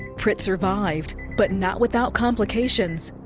prit survived, but not without complications.